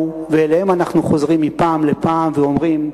ואליהם אנחנו חוזרים מפעם לפעם ואומרים: